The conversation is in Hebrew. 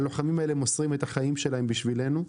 הלוחמים האלה מוסרים את החיים שלהם בשבילנו,